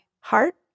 heart